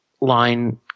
line